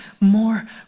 more